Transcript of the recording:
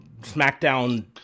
SmackDown